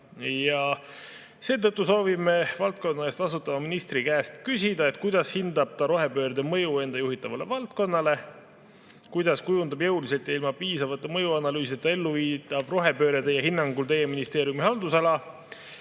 muuta. Seetõttu soovime valdkonna eest vastutava ministri käest küsida, kuidas ta hindab rohepöörde mõju enda juhitavale valdkonnale. Kuidas kujundab jõuliselt ja ilma piisavate mõjuanalüüsideta elluviidav rohepööre teie hinnangul teie ministeeriumi haldusala?